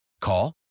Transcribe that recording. Call